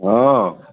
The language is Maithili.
हँ